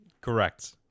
Correct